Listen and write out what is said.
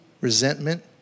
resentment